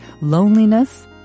loneliness